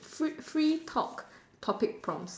free free talk topic from